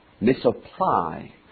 misapply